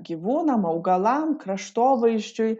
gyvūnam augalam kraštovaizdžiui